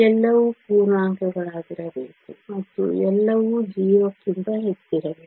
ಎಲ್ಲವೂ ಪೂರ್ಣಾಂಕಗಳಾಗಿರಬೇಕು ಮತ್ತು ಎಲ್ಲವೂ 0 ಕ್ಕಿಂತ ಹೆಚ್ಚಿರಬೇಕು